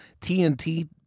TNT